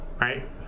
right